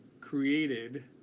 created